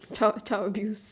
child child abuse